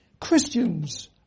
Christians